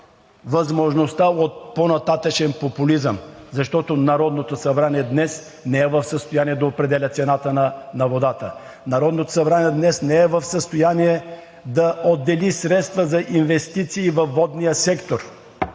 възможността от по-нататъшен популизъм, защото Народното събрание днес не е в състояние да определя цената на водата. Народното събрание днес не е в състояние да отдели средства за инвестиции във водния сектор.